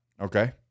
Okay